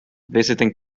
visiting